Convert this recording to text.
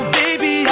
baby